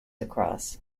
across